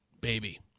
baby